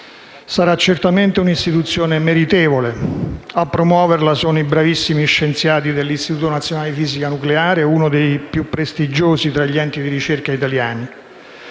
Sarà certamente una istituzione meritevole. A promuoverla sono i bravissimi scienziati dell'Istituto nazionale di fisica nucleare, uno dei più prestigiosi tra gli enti di ricerca italiani.